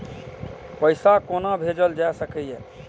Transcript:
पैसा कोना भैजल जाय सके ये